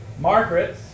Margaret